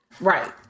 right